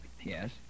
Yes